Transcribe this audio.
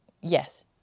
yes